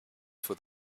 for